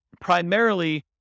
primarily